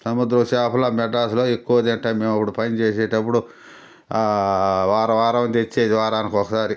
సముద్రం చాపలు ఆ మెడ్రాస్లో ఎక్కువ దిట్టంగా ఒకడు పనిచేసేటప్పుడు ఆ వారం వారం తెచ్చేది వారానికోసారి